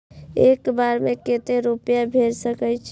एक बार में केते रूपया भेज सके छी?